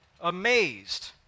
amazed